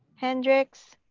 hendricks,